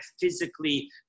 physically